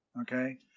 okay